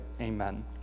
Amen